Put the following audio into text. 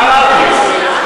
מה אמרתי?